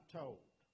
told